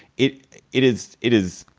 it it is. it is.